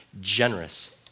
generous